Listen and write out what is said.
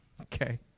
Okay